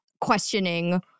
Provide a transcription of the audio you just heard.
questioning